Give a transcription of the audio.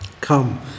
come